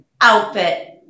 outfit